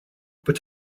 but